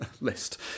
list